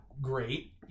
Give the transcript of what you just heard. great